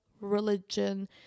religion